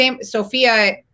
Sophia